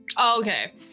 Okay